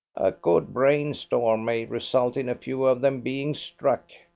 a good brain storm may result in a few of them being struck.